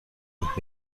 und